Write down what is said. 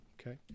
Okay